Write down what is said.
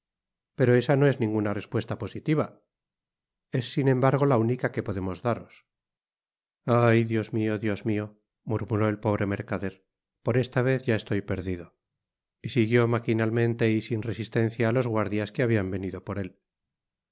pero esa no es ninguna respuesta positiva es sin embargo la única que podemos daros ay dios mio dios mio murmuró el pobre mercader por esta vez ya estoy perdido y siguió maquinalmente y sin resistencia á los guardias que habian venido por él